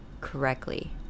correctly